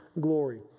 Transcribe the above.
glory